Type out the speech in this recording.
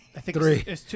three